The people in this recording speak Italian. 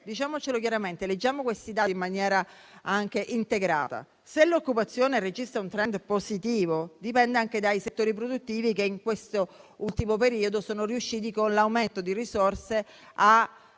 diciamocelo chiaramente, leggiamo questi dati in maniera integrata - se l'occupazione registra un *trend* positivo, dipende anche dai settori produttivi che in questo ultimo periodo sono riusciti, con l'aumento di risorse, ad